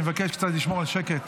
אני מבקש קצת לשמור על שקט.